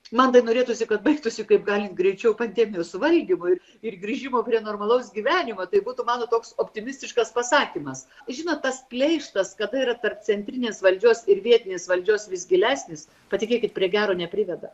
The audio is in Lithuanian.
man tai norėtųsi kad baigtųsi kaip gali greičiau pandemijos suvaldymu ir ir grįžimo prie normalaus gyvenimo tai būtų mano toks optimistiškas pasakymas žinot tas pleištas kada yra tarp centrinės valdžios ir vietinės valdžios vis gilesnis patikėkit prie gero nepriveda